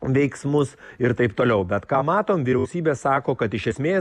veiksmus ir taip toliau bet ką matom vyriausybė sako kad iš esmės